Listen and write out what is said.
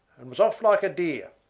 and was off like a deer.